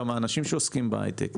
גם האנשים שעוסקים בהייטק,